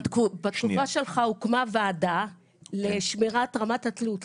בתקופה שלך הוקמה ועדה לשמירת רמת התלות,